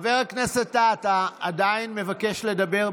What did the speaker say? חבר הכנסת טאהא, אתה עדיין מבקש לדבר?